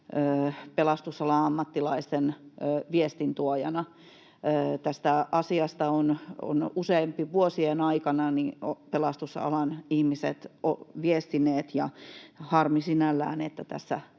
pelastusalan ammattilaisten viestintuojana. Tästä asiasta ovat useampien vuosien aikana pelastusalan ihmiset viestineet, ja on harmi sinällään, että